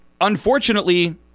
unfortunately